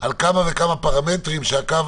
על כמה וכמה פרמטרים שהקו